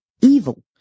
evil